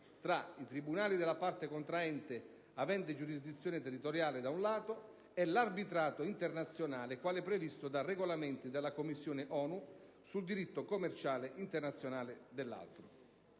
fra i tribunali della parte contraente avente giurisdizione territoriale, da un lato, e l'arbitrato internazionale - quale previsto dai regolamenti della Commissione ONU sul diritto commerciale internazionale - dall'altro.